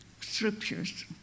scriptures